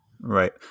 Right